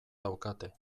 daukate